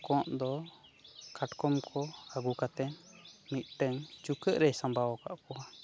ᱠᱚᱜ ᱫᱚ ᱠᱟᱴᱠᱚᱢ ᱠᱚ ᱟᱹᱜᱩ ᱠᱟᱛᱮᱫ ᱢᱤᱫᱴᱮᱱ ᱪᱩᱠᱟᱹᱜ ᱨᱮᱭ ᱥᱟᱢᱵᱟᱣ ᱟᱠᱟᱫ ᱠᱚᱣᱟ